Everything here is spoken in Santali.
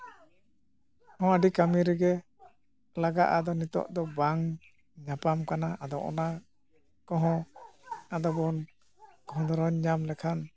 ᱦᱚᱸ ᱟᱹᱰᱤ ᱠᱟᱹᱢᱤ ᱨᱮᱜᱮ ᱞᱟᱜᱟᱜᱼᱟ ᱟᱫᱚ ᱱᱤᱛᱚᱜ ᱫᱚ ᱵᱟᱝ ᱧᱟᱯᱟᱢ ᱠᱟᱱᱟ ᱟᱫᱚ ᱚᱱᱟ ᱠᱚᱦᱚᱸ ᱟᱫᱚ ᱵᱚᱱ ᱠᱷᱚᱸᱫᱽᱨᱚᱱ ᱧᱟᱢ ᱞᱮᱠᱷᱟᱱ